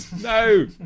No